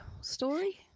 story